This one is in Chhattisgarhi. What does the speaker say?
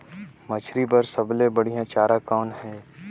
मछरी बर सबले बढ़िया चारा कौन हे?